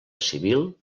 civil